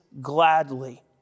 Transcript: gladly